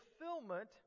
fulfillment